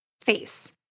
face